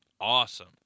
awesome